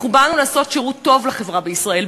אנחנו באנו לעשות שירות טוב לחברה בישראל,